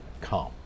calm